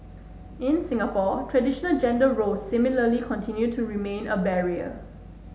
in Singapore traditional gender roles similarly continue to remain a barrier